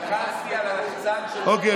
לחצתי על הלחצן של, אוקיי.